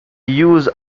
use